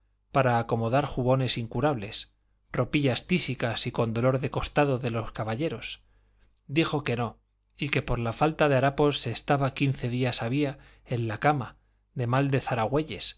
para acomodar jubones incurables ropillas tísicas y con dolor de costado de los caballeros dijo que no y que por falta de harapos se estaba quince días había en la cama de mal de